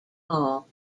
hall